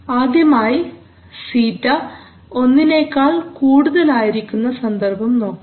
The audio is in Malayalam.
ആദ്യമായി സീറ്റ ഒന്നിനേക്കാൾ കൂടുതൽ ആയിരിക്കുന്ന സന്ദർഭം നോക്കാം